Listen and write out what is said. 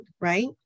right